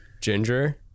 ginger